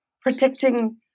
protecting